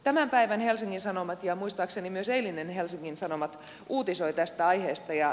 tämän päivän helsingin sanomat ja muistaakseni myös eilinen helsingin sanomat uutisoi tästä aiheesta